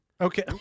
Okay